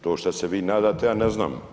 To što se vi nadate, ja ne znam.